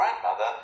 grandmother